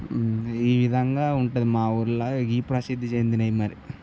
ఈ విధంగా ఉంటుంది మా ఊర్లో ఇది ప్రసిద్ధి చెందినవి మరి